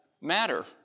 matter